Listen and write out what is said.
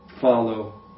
follow